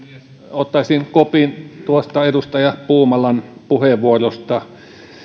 ottaisin kopin tuosta edustaja puumalan puheenvuorosta tämä